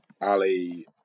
Ali